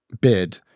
bid